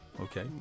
Okay